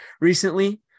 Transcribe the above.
recently